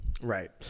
Right